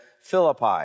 Philippi